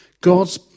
God's